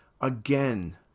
Again